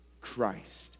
Christ